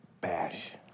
Bash